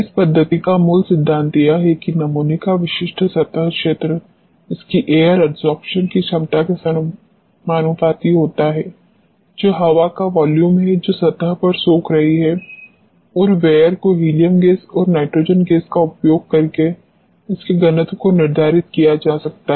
इस पद्धति का मूल सिद्धांत यह है कि नमूने का विशिष्ट सतह क्षेत्र इसकी एयर एडसोर्प्शन की क्षमता के समानुपाती होता है जो हवा का वॉल्यूम है जो सतह पर सोख रही है और Vair को हीलियम गैस और नाइट्रोजन गैस का उपयोग करके इसके घनत्व को निर्धारित किया जा सकता है